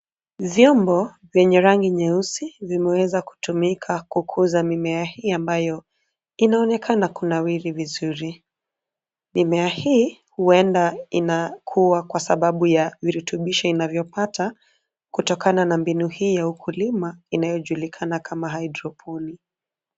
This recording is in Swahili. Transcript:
Vyombo vyenye rangi nyeusi vimeweza kutumika kukuza mimea hii ambayo inaonekana kunawiri vizuri. Mimea hii huenda inakua kwa sababu ya virutubisho inavyapata kutokana na mbinu hii ya ukulima inayojulikana kama hydroponi .